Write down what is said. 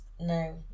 no